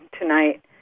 tonight